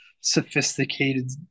sophisticated